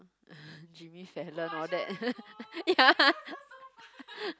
Jimmy-Fallon all that ya